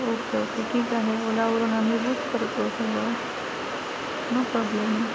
okay okay ठीक आहे ना ओलावरून आम्ही बुक करतो सर नो प्रॉब्लेम